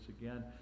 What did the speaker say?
again